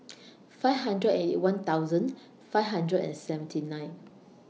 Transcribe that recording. five hundred and Eighty One thousand five hundred and seventy nine